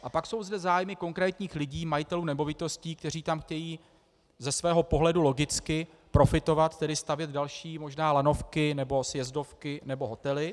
A pak jsou zde zájmy konkrétních lidí, majitelů nemovitostí, kteří tam chtějí ze svého pohledu logicky profitovat, tedy stavět další možné lanovky, sjezdovky nebo hotely.